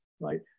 Right